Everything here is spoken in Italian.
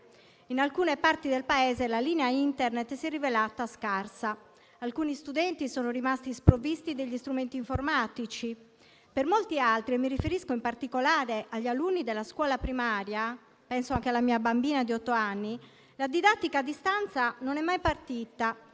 in alcune parti del Paese la linea Internet si è rivelata scarsa. Alcuni studenti sono rimasti sprovvisti degli strumenti informatici; per molti altri - mi riferisco, in particolare, agli alunni della scuola primaria e penso anche alla mia bambina di otto anni - la didattica a distanza non è mai partita,